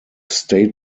state